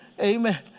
Amen